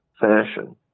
fashion